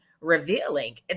revealing